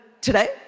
today